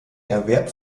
erwerb